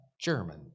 German